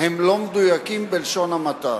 הם לא מדויקים, בלשון המעטה.